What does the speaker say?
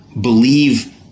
believe